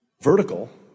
vertical